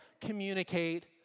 communicate